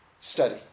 study